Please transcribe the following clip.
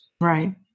Right